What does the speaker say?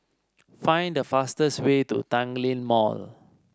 find the fastest way to Tanglin Mall